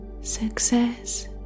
Success